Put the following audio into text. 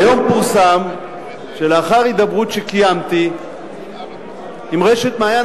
היום פורסם שלאחר הידברות שקיימתי עם רשת "מעיין